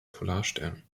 polarstern